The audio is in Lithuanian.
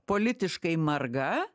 politiškai marga